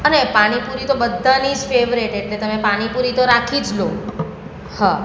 અને પાણીપૂરી તો બધાની જ ફેવરેટ એટલે તમે પાણીપૂરી તો રાખી જ લો હા